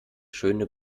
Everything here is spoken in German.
schöne